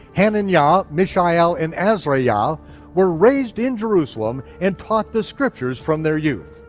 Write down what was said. hananiah, ah mishael, and azariah, yeah ah were raised in jerusalem and taught the scriptures from their youth.